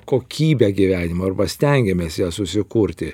kokybę gyvenimo arba stengiamės ją susikurti